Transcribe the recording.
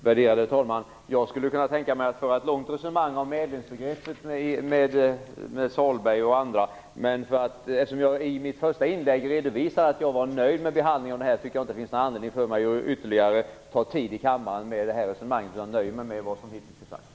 Värderade talman! Jag skulle kunna tänka mig att föra ett långt resonemang om medlemsbegreppet med Sahlberg och andra, men eftersom jag i mitt första inlägg redovisade att jag var nöjd med behandlingen finns det ingen anledning för mig att ta upp ytterligare tid i kammaren med det resonemanget. Jag nöjer mig med vad som hittills har sagts.